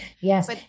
yes